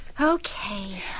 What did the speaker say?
Okay